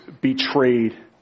betrayed